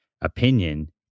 opinion